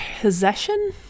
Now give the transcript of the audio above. possession